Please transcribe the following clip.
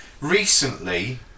recently